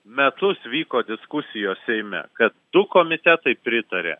metus vyko diskusijos seime kad du komitetai pritarė